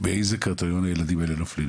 באיזה קריטריון הילדים האלה נופלם?